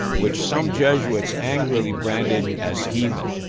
which some jesuits angrily branded as heathen.